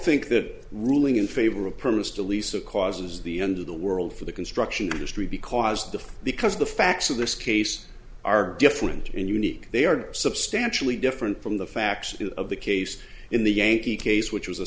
think that ruling in favor of permits to lease a causes the end of the world for the construction industry because the because the facts of this case are different and unique they are substantially different from the facts of the case in the yankee case which was a